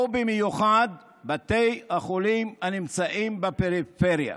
במיוחד בתי החולים הנמצאים בפריפריה.